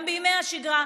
גם בימי השגרה,